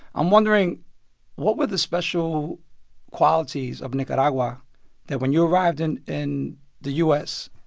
i'm wondering what were the special qualities of nicaragua that when you arrived in in the u s.